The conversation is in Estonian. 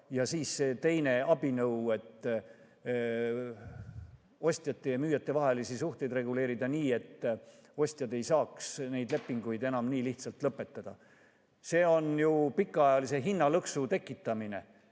Ja siis see teine abinõu: ostjate ja müüjate vahelisi suhteid reguleerida nii, et ostjad ei saaks neid lepinguid enam nii lihtsalt lõpetada. See on ju pikaajalise hinnalõksu tekitamine